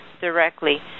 directly